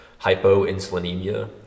Hypoinsulinemia